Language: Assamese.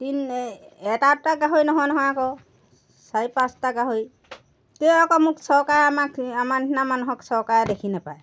তিনি এটা দুটা গাহৰি নহয় নহয় আকৌ চাৰি পাঁচটা গাহৰি তেও আকৌ মোক চৰকাৰে আমাক আমাৰ নিচিনা মানুহক চৰকাৰে দেখি নাপায়